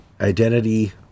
identity